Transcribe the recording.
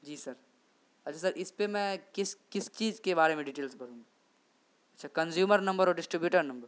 جی sir اچھا sir اس پہ میں کس کس چیز کے بارے میں ڈیٹیلز بھروں اچھا کنزیومر نمبر اور ڈسٹریبیوٹر نمبر